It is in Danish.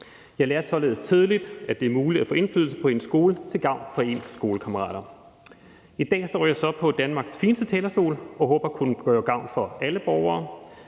Jeg lærte således tidligt, at det er muligt at få indflydelse på sin skole til gavn for sine skolekammerater. I dag står jeg så på Danmarks fineste talerstol og håber at kunne gøre gavn for alle borgere.